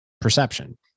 perception